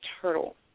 Turtle